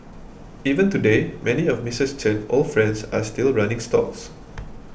even today many of Missus Chen old friends are still running stalls